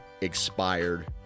expired